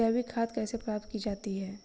जैविक खाद कैसे प्राप्त की जाती है?